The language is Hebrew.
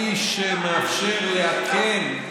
כלי שמאפשר לאכן,